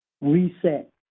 reset